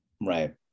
right